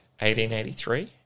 1883